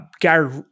Gary